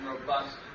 robust